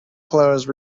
closed